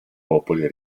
popoli